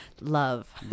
Love